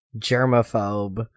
germaphobe